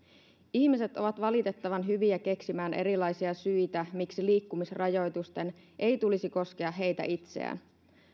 ihmiset ovat valitettavan hyviä keksimään erilaisia syitä miksi liikkumisrajoitusten ei tulisi koskea heitä itseään